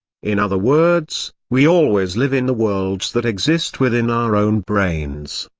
in other words, we always live in the worlds that exist within our own brains.